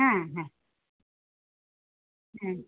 হ্যাঁ হ্যাঁ হ্যাঁ